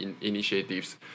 initiatives